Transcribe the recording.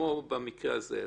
כמו במקרה הזה.